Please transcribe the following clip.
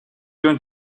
going